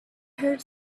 heard